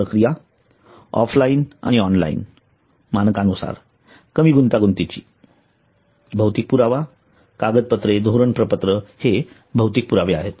प्रक्रिया ऑफलाइन आणि ऑनलाइन मानकानुसार कमी गुंतागुंतीची भौतिक पुरावा कागदपत्रे धोरण प्रपत्र हे भौतिक पुरावे आहेत